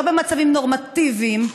לא במצבים נורמטיביים,